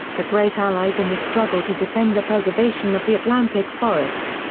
the great allies in the struggle to defend the preservation of the atlantic forest.